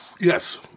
Yes